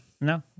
No